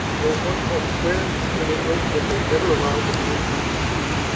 there's one called threads in england that they've never allowed to be on bbc,